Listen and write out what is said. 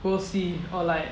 we'll see or like